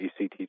ECT